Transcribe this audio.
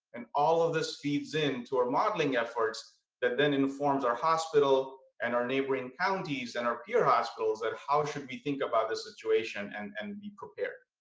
and all of this feeds into our modeling efforts that then informs our hospital and our neighboring counties and our peer hospitals at how should we think about this situation and and be prepared.